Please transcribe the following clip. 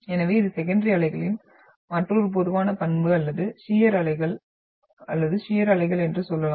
எனவே இது செகண்டரி அலைகளின் மற்றொரு பொதுவான பண்பு அல்லது ஷியர் அலைகள் அல்லது ஷியர் அலைகள் என்று சொல்லலாம்